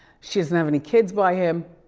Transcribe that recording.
she doesn't have any kids by him,